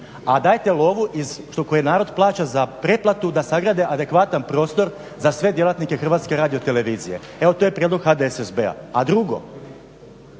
a dajte lovu koju narod plaća za pretplatu da sagrade adekvatan prostor za sve djelatnike HRT-a. evo to je prijedlog HDSSB-a. A drugo,